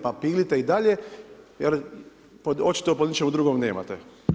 Pa pilite i dalje, jer očito po ničim drugom nemate.